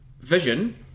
vision